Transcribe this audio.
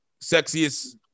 sexiest